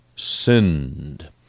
sinned